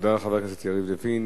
תודה לחבר הכנסת יריב לוין.